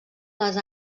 les